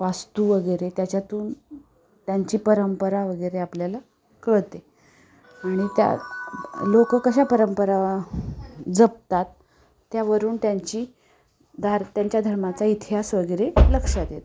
वास्तू वगैरे त्याच्यातून त्यांची परंपरा वगैरे आपल्याला कळते आणि त्या लोक कशा परंपरा जपतात त्यावरून त्यांची धार त्यांच्या धर्माचा इतिहास वगैरे लक्षात येतो